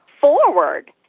forward